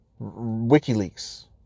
WikiLeaks